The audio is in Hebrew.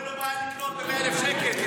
אין לו בעיה לקנות ב-100,000 שקל,